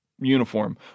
uniform